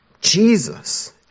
Jesus